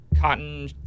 cotton